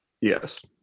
Yes